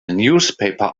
newspaper